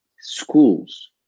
schools